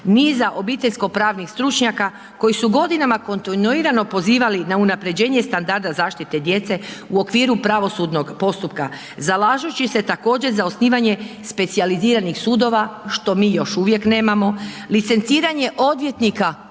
niza obiteljsko-pravnih stručnjaka koji su godinama kontinuirano pozivali na unaprjeđenje standarda zaštite djece u okviru pravosudnog postupka zalažući se također za osnivanje specijaliziranih sudova, što mi još uvijek nemamo, licenciranje odvjetnika